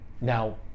Now